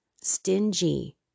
stingy